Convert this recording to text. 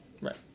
Right